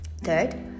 Third